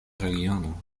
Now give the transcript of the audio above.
regiono